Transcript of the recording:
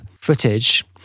footage